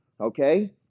Okay